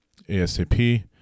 ASAP